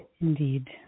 Indeed